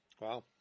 Wow